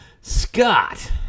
Scott